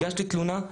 הגשתי תלונה.